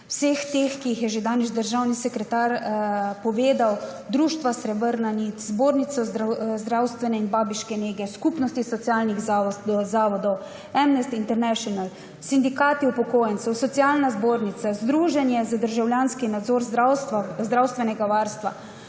vseh teh, ki jih je že danes državni sekretar naštel: društva Srebrna nit, Zbornice zdravstvene in babiške nege, Skupnosti socialnih zavodov, Amnesty Internacional, Sindikata upokojencev, Socialne zbornice, Združenja za državljanski nadzor zdravstva in